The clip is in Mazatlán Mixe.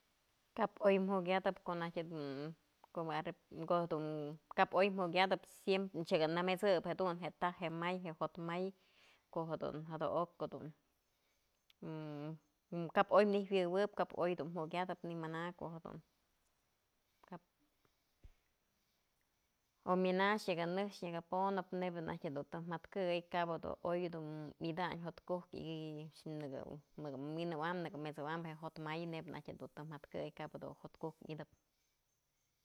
Kap oy mukyatëp ko'o najtyë jedun, ko'o jedun kap oy mukyatëp siemp, nyaka nëmet'sëp jedun je taj je may je'e jo'ot may, ko'o jedun jada'ok jedun, kap oy nëjuëwëb kap oy dun mukyatëp ny mana, ko'o jedun oy myëna nyëkë nëj nyëkë ponëp nebyë najk jedun të mëjkëy kabë dun oy dun mydañ jo'ot kukë nëkë mynëwan nëkë met'sëwam je jo'ot may nebya najk dun të mëtkëy kap jedun jotkuk mydëp.